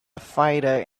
fighter